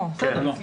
כן.